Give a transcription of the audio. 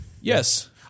Yes